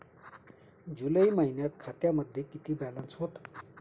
जुलै महिन्यात खात्यामध्ये किती बॅलन्स होता?